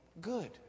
good